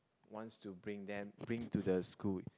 wants to bring them bring to the school